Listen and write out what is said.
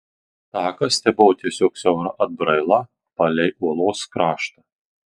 takas tebuvo tiesiog siaura atbraila palei uolos kraštą